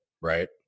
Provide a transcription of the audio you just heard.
right